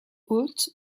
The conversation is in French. hôte